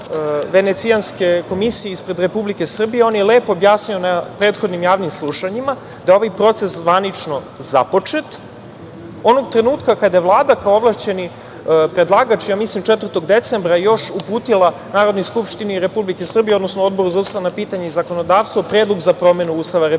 Venecijanske komisije ispred Republike Srbije, on je lepo objasnio na prethodnim javnim slušanjima da je ovaj proces zvanično započet onog trenutka kada je Vlada kao ovlašćeni predlagač, ja mislim, 4. decembra još uputila Narodnoj skupštini Republike Srbije, odnosno Odboru za ustavna pitanja i zakonodavstvo predlog za promenu Ustava Republike